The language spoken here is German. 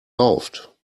rauft